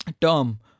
term